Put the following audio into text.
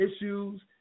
issues